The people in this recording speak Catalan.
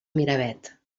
miravet